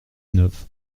neuf